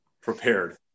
prepared